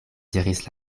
diris